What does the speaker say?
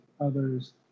others